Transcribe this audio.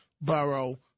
Borough